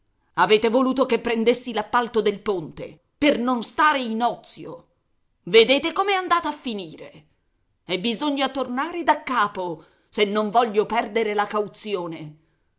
avete voluto che prendessi l'appalto del ponte per non stare in ozio vedete com'è andata a finire e bisogna tornare da capo se non voglio perdere la cauzione